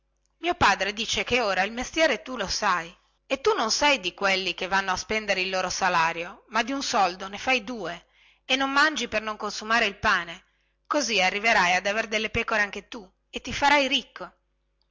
mio padre dice che ora il mestiere lo sai e tu non sei di quelli che vanno a spendere il loro salario ma di un soldo ne fai due e non mangi per non consumare il pane così arriverai ad aver delle pecore anche tu e ti farai ricco